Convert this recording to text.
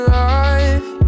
life